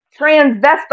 transvestite